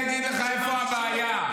השר מיקי זוהר, תן לי, אני אגיד לך איפה הבעיה.